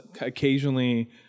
occasionally